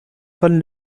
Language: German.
von